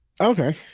Okay